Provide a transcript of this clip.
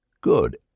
Good